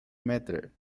metre